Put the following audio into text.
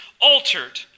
altered